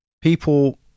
people